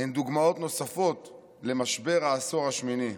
הן דוגמאות נוספות למשבר העשור השמיני.